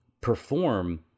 perform